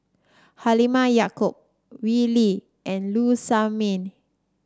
Halimah Yacob Wee Lin and Low Sanmay